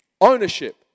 Ownership